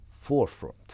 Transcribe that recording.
forefront